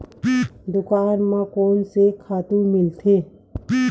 दुकान म कोन से खातु मिलथे?